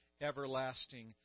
everlasting